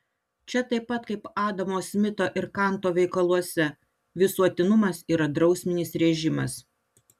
čia taip pat kaip adamo smito ir kanto veikaluose visuotinumas yra drausminis režimas